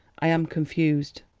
i am confused.